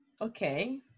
Okay